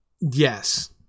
yes